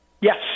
Yes